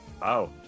Wow